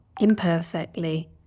imperfectly